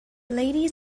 ladies